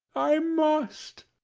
i must.